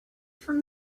from